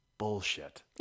bullshit